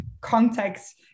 context